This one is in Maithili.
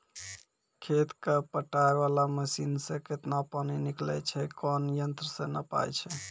खेत कऽ पटाय वाला मसीन से केतना पानी निकलैय छै कोन यंत्र से नपाय छै